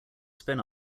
spin